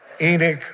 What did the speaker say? Enoch